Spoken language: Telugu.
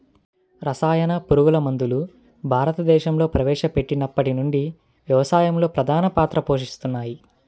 రసాయన పురుగుమందులు భారతదేశంలో ప్రవేశపెట్టినప్పటి నుండి వ్యవసాయంలో ప్రధాన పాత్ర పోషిస్తున్నాయి